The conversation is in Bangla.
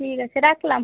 ঠিক আছে রাখলাম